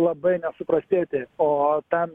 labai nesuprastėti o ten